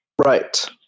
Right